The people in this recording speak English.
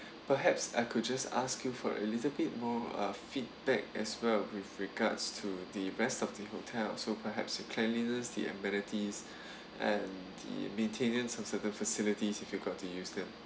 perhaps I could just ask you for a little bit more uh feedback as well with regards to the rest of the hotel so perhaps the cleanliness the amenities and the maintenance for certain facilities if you got to use them